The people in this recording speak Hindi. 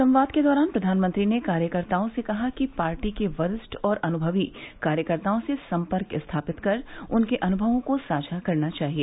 संवाद के दौरान प्रधानमंत्री ने कार्यकर्ताओं से कहा कि पार्टी के वरिष्ठ और अनुभवी कार्यकर्ताओं से सम्पर्क स्थापित कर उनके अनुभवों को साझा करना चाहिए